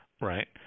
right